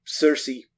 Cersei